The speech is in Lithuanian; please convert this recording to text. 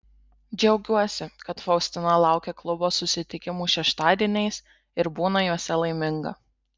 džiaugiuosi kad faustina laukia klubo susitikimų šeštadieniais ir būna juose laiminga